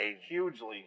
Hugely